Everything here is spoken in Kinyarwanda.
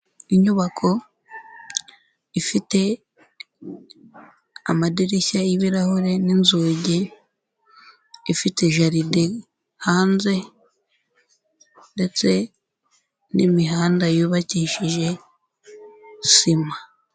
Inyubako ifite amadirishya y'ibirahure n'inzugi, ifite jaride hanze ndetse n'imihanda yubakishije sima.